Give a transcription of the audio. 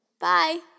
Bye